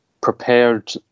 prepared